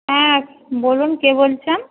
হ্যাঁ বলুন কে বলছেন